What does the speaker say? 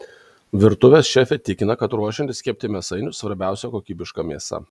virtuvės šefė tikina kad ruošiantis kepti mėsainius svarbiausia kokybiška mėsa